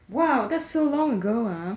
!wow! that's so long ago ah